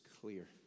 clear